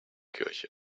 kirche